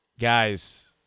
Guys